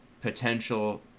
potential